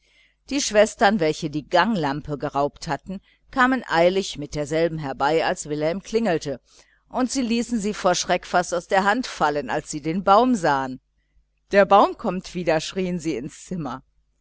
die schwestern welche die ganglampe geraubt hatten kamen eilig mit derselben herbei als wilhelm klingelte und ließen sie vor schreck fast aus der hand fallen als sie den baum sahen der baum kommt wieder schrien die mädchen ins zimmer